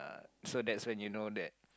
so that's when you know that